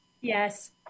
Yes